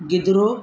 गिदरो